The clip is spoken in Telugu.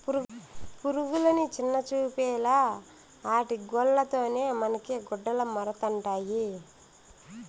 పురుగులని చిన్నచూపేలా ఆటి గూల్ల తోనే మనకి గుడ్డలమరుతండాయి